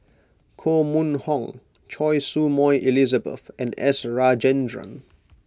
Koh Mun Hong Choy Su Moi Elizabeth and S Rajendran